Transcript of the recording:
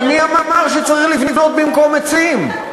אבל מי אמר שצריך לבנות במקום עצים?